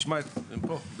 הם פה.